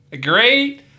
Great